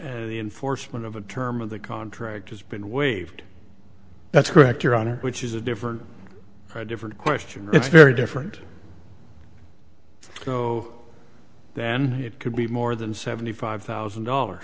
of the term of the contract has been waived that's correct your honor which is a different a different question it's very different so then it could be more than seventy five thousand dollar